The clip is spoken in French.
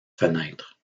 fenêtres